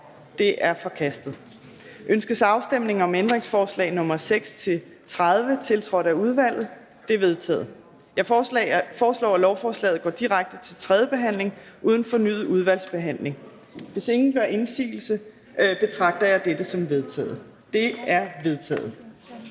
Det er forkastet. Ønskes afstemning om ændringsforslag nr. 6-30, tiltrådt af udvalget? De er vedtaget. Jeg foreslår, at lovforslaget går direkte til tredje behandling uden fornyet udvalgsbehandling. Hvis ingen gør indsigelse, betragter jeg det som vedtaget. Det er vedtaget.